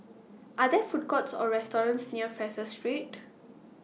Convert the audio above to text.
Are There Food Courts Or restaurants near Fraser Street